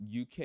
UK